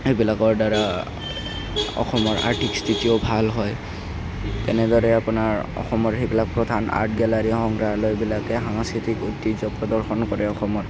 সেইবিলাকৰ দ্বাৰা অসমৰ আৰ্থিক স্থিতিও ভাল হয় তেনেদৰে আপোনাৰ অসমৰ সেইবিলাক প্ৰধান আৰ্ট গেলাৰী সংগ্ৰাহালয়বিলাকে সাংস্কৃতিক ঐতিহ্য প্ৰদৰ্শন কৰে অসমৰ